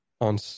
On